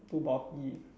too bulky